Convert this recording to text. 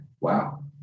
Wow